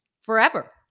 forever